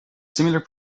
similar